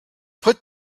put